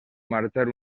marxar